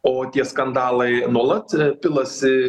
o tie skandalai nuolat pilasi